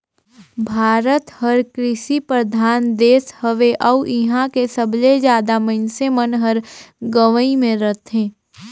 भारत हर कृसि परधान देस हवे अउ इहां के सबले जादा मनइसे मन हर गंवई मे रथें